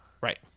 Right